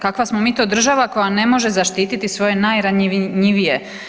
Kakva smo mi to država koja ne može zaštititi svoje najranjivije?